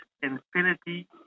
infinity